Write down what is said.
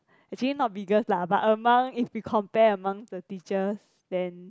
actually not biggest lah but among if we compare among the teachers then